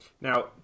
Now